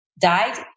died